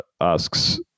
asks